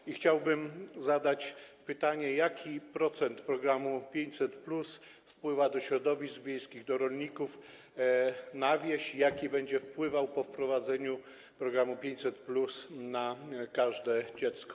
I chciałbym zadać pytanie: Jaki procent środków z programu 500+ wpływa do środowisk wiejskich, do rolników, na wieś i jaki będzie wpływał po wprowadzeniu programu 500+ na każde dziecko?